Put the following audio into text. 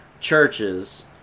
churches